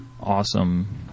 awesome